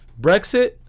Brexit